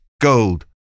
Gold